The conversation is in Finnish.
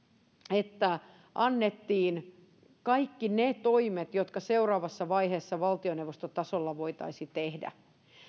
että annettiin kaikki ne toimet jotka seuraavassa vaiheessa valtioneuvostotasolla voitaisiin tehdä